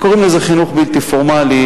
קוראים לזה "חינוך בלתי פורמלי".